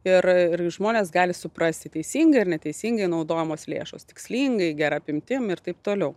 ir ir žmonės gali suprasti teisingai ar neteisingai naudojamos lėšos tikslingai gera apimtim ir taip toliau